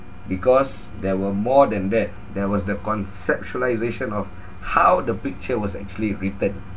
because there were more than that there was the conceptualisation of how the picture was actually written